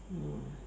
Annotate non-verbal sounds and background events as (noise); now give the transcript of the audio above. (noise)